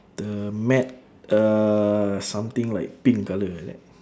the mat uh something like pink colour like that